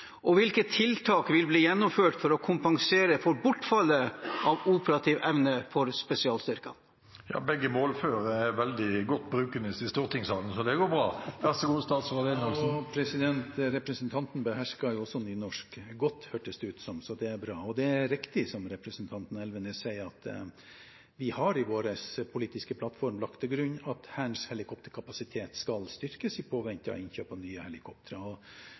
og hvilke tiltak vil bli gjennomført for å kompensere for bortfallet av operativ evne for spesialstyrkene?» Det ble litt nynorsk, men det er jo hentet fra grunnteksten. Begge målformer er veldig godt brukende i stortingssalen, så det går bra. Representanten behersker nynorsk godt, hørtes det ut som, så det er bra. Og det er riktig, som representanten Elvenes sier, at vi i vår politiske plattform har lagt til grunn at Hærens helikopterkapasitet skal styrkes i påvente av innkjøp av nye helikoptre,